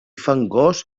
fangós